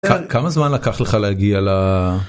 כמה זמן לקח לך להגיע ל...